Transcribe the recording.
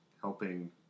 helping